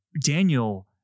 Daniel